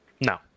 no